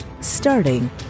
starting